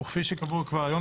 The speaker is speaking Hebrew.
וכפי שקבוע כבר היום,